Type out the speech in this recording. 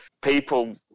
people